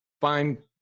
fine